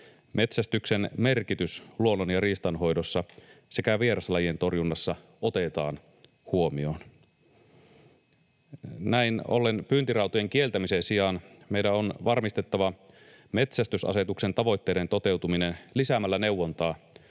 Metsästyksen merkitys luonnon- ja riistanhoidossa sekä vieraslajien torjunnassa otetaan huomioon. Näin ollen pyyntirautojen kieltämisen sijaan meidän on varmistettava metsästysasetuksen tavoitteiden toteutuminen lisäämällä neuvontaa